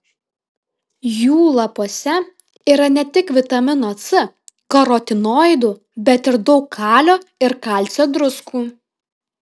jų lapuose yra ne tik vitamino c karotinoidų bet ir daug kalio ir kalcio druskų